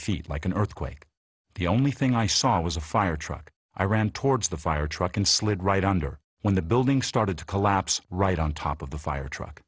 feet like an earthquake the only thing i saw was a fire truck i ran towards the fire truck and slid right under when the building started to collapse right on top of the fire truck